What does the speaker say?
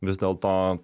vis dėlto